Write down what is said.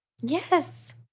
Yes